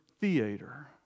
theater